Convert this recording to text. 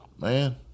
man